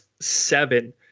seven